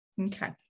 Okay